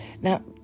Now